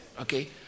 Okay